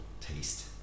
taste